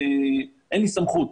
אין לי סמכות.